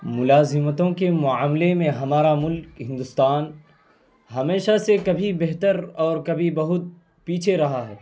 ملازمتوں کے معاملے میں ہمارا ملک ہندوستان ہمیشہ سے کبھی بہتر اور کبھی بہت پیچھے رہا ہے